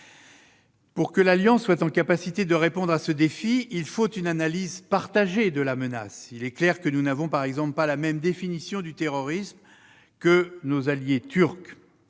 Pour que l'Alliance soit en mesure de répondre à ce défi, il faut une analyse partagée de la menace. Il est clair que nous n'avons pas la même définition du terrorisme que nos alliés Turcs,